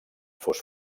fos